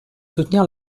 soutenir